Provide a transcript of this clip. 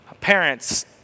Parents